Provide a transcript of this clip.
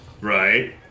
Right